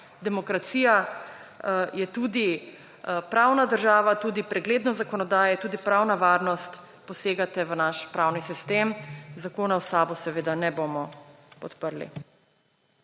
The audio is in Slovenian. demokracija je tudi pravna država tudi preglednost zakonodaje, tudi pravna varnost, posegate v naš pravni sistem. Zakona v SAB seveda ne bomo podprli.